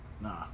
Nah